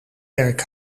werk